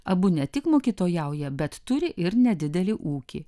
abu ne tik mokytojauja bet turi ir nedidelį ūkį